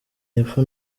y’epfo